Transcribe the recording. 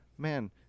Man